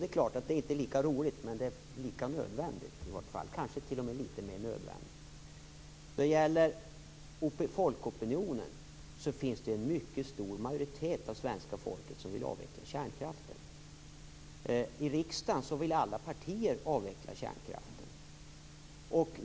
Det är klart att det inte är lika roligt, men det är lika nödvändigt, kanske t.o.m. litet mer nödvändigt. När det gäller folkopinionen finns det en mycket stor majoritet av svenska folket som vill avveckla kärnkraften. I riksdagen vill alla partier avveckla kärnkraften.